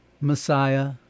Messiah